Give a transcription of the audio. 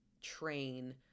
train